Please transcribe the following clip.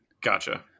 Gotcha